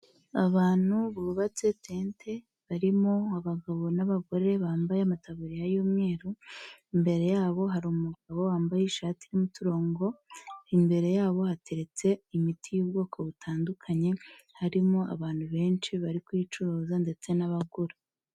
Abantu bubatse tete barimo abagabo n'abagore bambaye amataburiya y'umweru, imbere yabo hari umugabo wambaye ishati irimo umuturongo, imbere yabo hateretse imiti y'ubwoko butandukanye harimo abantu benshi bari kuyicuruza ndetse n'abagura.